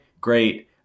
great